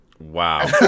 Wow